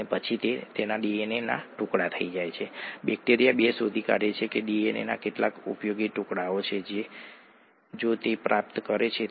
અને આ કુદરતી રીતે થાય છે અને આ તે છે જે પાણીને તેનું પીએચ આપે છે